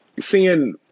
seeing